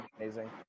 amazing